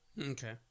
Okay